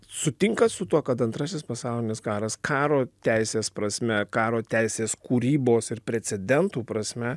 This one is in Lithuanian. sutinkat su tuo kad antrasis pasaulinis karas karo teisės prasme karo teisės kūrybos ir precedentų prasme